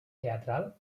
teatral